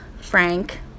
Frank